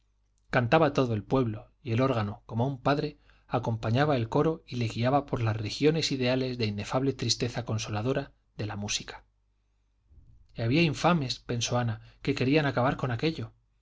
cantaba todo el pueblo y el órgano como un padre acompañaba el coro y le guiaba por las regiones ideales de inefable tristeza consoladora de la música y había infames pensó ana que querían acabar con aquello